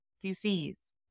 disease